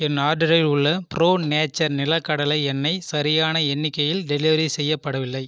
என் ஆர்டரில் உள்ள ப்ரோநேச்சர் நிலக்கடலை எண்ணெய் சரியான எண்ணிக்கையில் டெலிவரி செய்யப்படவில்லை